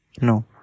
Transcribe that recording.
No